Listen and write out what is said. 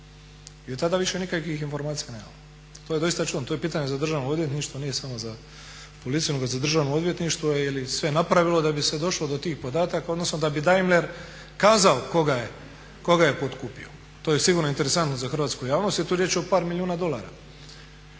I od tada više nikakvih informacija nemamo. To je doista čudno, to je pitanje za Državno odvjetništvo, nije samo za policiju, nego za Državno odvjetništvo je li sve napravilo da bi se došlo do tih podataka, odnosno da bi Daimler kazao koga je potkupio. To je sigurno interesantno za hrvatsku javnost jer je tu riječ o par milijuna dolara.